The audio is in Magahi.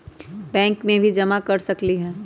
बैंक में भी जमा कर सकलीहल?